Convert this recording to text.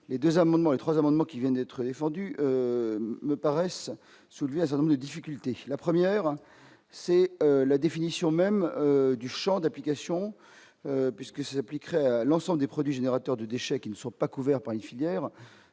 et 3 amendements qui vient d'être défendu, me paraissent celui Hassan difficultés la 1ère c'est la définition même du Champ d'application puisque c'est appliquerait à l'ensemble des produits générateurs de déchets qui ne sont pas couverts par les filières